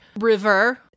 River